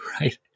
right